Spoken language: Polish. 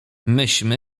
myśmy